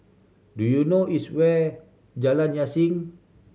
do you know is where Jalan Yasin